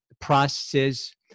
processes